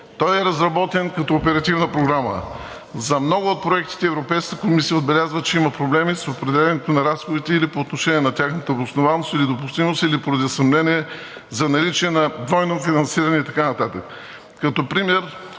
той е разработен като оперативна програма. За много от проектите Европейската комисия отбелязва, че има проблеми с определянето на разходите или по отношение на тяхната обоснованост или допустимост, или поради съмнение за наличие на двойно финансиране и така нататък. Като пример